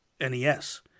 NES